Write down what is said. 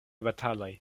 bataloj